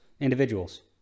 individuals